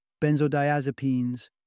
benzodiazepines